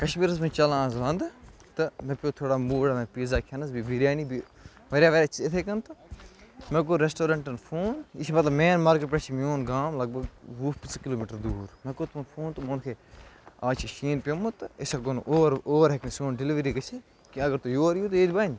کَشمیٖرَس منٛز چھِ چَلان آز وَنٛدٕ تہٕ مےٚ پیوٚو تھوڑا موٗڈ پیٖزا کھٮ۪نَس بیٚیہِ بِریانی بیٚیہِ واریاہ واریاہ چھِ یِتھَے کٔنۍ تہٕ مےٚ کوٚر رٮ۪سٹورٮ۪نٛٹَن فون یہِ چھِ مطلب مین مارکٮ۪ٹ پٮ۪ٹھ چھِ میون گام لگ بگ وُہ پٕنٛژٕ کِلوٗ میٖٹر دوٗر مےٚ کوٚر تِمَن فون تہٕ ووٚنُکھ ہے آز چھِ شیٖن پیوٚمُت تہٕ أسۍ ہٮ۪کو نہٕ اور اور ہٮ۪کہِ نہٕ سون ڈِلؤری گٔژھِتھ کیٚنٛہہ اَگر تُہۍ یور یِیِو تہٕ ییٚتہِ بَنہِ